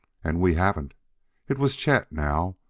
and we haven't it was chet, now,